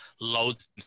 loads